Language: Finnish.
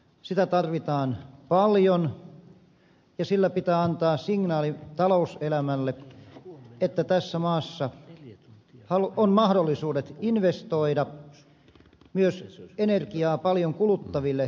sitä tarvitaan paljon ja sillä pitää antaa signaali talouselämälle että tässä maassa on mahdollisuudet investoida myös energiaa paljon kuluttaville sektoreille